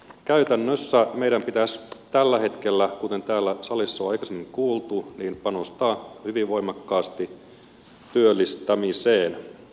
käytännössä meidän pitäisi tällä hetkellä kuten täällä salissa on aikaisemmin kuultu panostaa hyvin voimakkaasti työllistämiseen